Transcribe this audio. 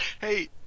Hey